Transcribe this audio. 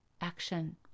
action